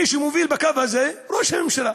מי שמוביל בקו הזה, ראש הממשלה.